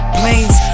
planes